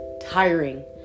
tiring